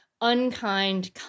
unkind